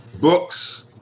books